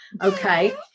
Okay